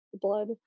blood